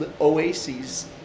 oases